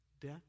Death